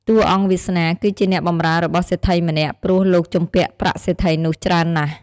តួអង្គវាសនា គឺជាអ្នកបម្រើរបស់សេដ្ឋីម្នាក់ ព្រោះលោកជំពាក់ប្រាក់សេដ្ឋីនោះច្រើនណាស់។